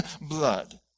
blood